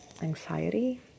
anxiety